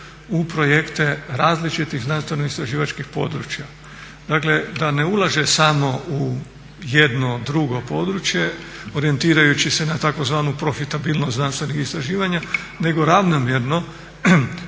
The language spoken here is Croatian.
u projekte različitih znanstveno-istraživačkih područja. Dakle da ne ulaže samo u jedno drugo područje orijentirajući se na tzv. profitabilnost znanstvenih istraživanja nego ravnomjerno